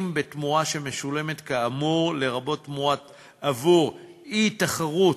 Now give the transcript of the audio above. בתמורה שמשולמת כאמור עבור אי-תחרות,